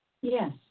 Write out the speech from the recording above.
Yes